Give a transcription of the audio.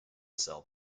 cell